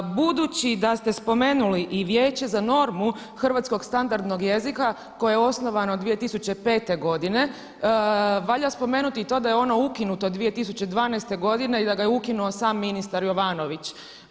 Budući da ste spomenuli i Vijeće za normu hrvatskog standardnog jezika koje je osnovano 2005. godine valja spomenuti i to da je ono ukinuto 2012. godine i da ga je ukinuo sam ministar Jovanović.